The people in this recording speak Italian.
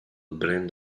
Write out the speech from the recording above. brand